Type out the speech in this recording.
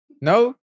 No